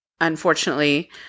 unfortunately